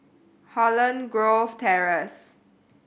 Holland Grove Terrace